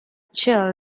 chill